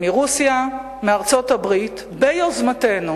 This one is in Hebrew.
מרוסיה ומארצות-הברית, ביוזמתנו